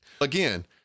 Again